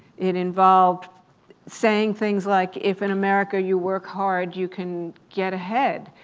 it involved saying things like if in america you work hard, you can get ahead.